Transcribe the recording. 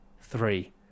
three